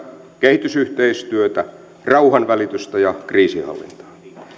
kehitysyhteistyötä rauhanvälitystä ja kriisinhallintaa